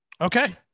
Okay